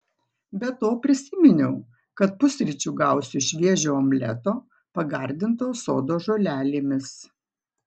be to prisiminiau kad pusryčių gausiu šviežio omleto pagardinto sodo žolelėmis